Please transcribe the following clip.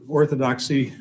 orthodoxy